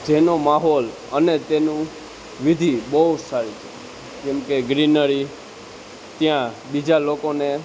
જેનો માહોલ અને તેનું વિધિ બહુ સારી છે જેમકે ગ્રીનરી ત્યાં બીજા લોકોને